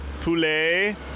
Poulet